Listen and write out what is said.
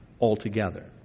altogether